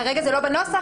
כרגע זה לא בנוסח,